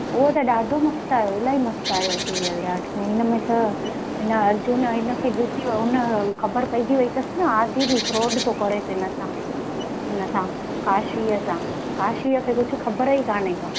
उओ त ॾाढो मस्तु आयो इलाही मस्तु आयो सीरियल ॾाढो इनमें त इन अर्जुन इनखे ॾिसी उन ख़बर पइजी वई अथसि न आदी बि फ्रोड थो करेसि इनसां इनसां काशवीअ सां काशवीअ खे कुझु ख़बर ई कान्हे कोई